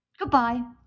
Goodbye